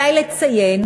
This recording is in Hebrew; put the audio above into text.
עלי לציין